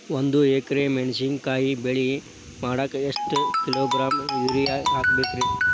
ಒಂದ್ ಎಕರೆ ಮೆಣಸಿನಕಾಯಿ ಬೆಳಿ ಮಾಡಾಕ ಎಷ್ಟ ಕಿಲೋಗ್ರಾಂ ಯೂರಿಯಾ ಹಾಕ್ಬೇಕು?